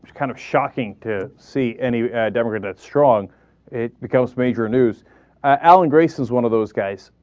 kind of shocking to seat and he had never that strong it because major news ah ah and race is one of those guys